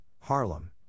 Harlem